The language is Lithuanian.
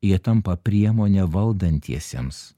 jie tampa priemone valdantiesiems